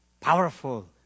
Powerful